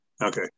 Okay